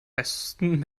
besten